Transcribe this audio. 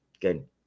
good